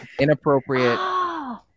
inappropriate